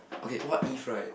okay what if right